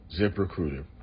ZipRecruiter